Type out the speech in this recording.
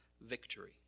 victory